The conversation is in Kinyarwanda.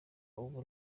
ubu